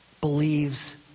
believes